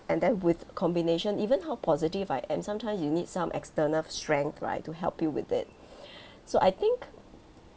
and then with combination even how positive I am sometimes you need some external strength right to help you with it so I think